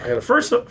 First